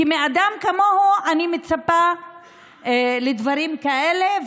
כי מאדם כמוהו אני מצפה לדברים כאלה,